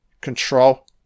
control